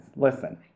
listen